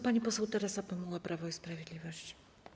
Pani poseł Teresa Pamuła, Prawo i Sprawiedliwość.